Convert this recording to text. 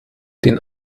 den